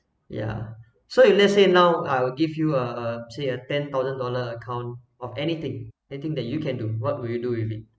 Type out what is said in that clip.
ya so if let's say now I will give you a a let's say a ten thousand dollar account of anything anything that you can do what would you do with it